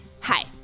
hi